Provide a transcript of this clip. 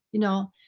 you know,